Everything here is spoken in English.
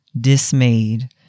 dismayed